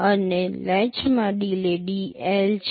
અને લેચમાં delay dL છે